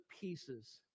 pieces